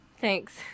Thanks